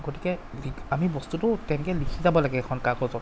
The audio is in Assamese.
গতিকে আমি বস্তুটো তেনেকৈ লিখি যাব লাগে এখন কাগজত